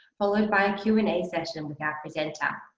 followed by a q and a session with our presenter.